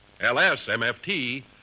L-S-M-F-T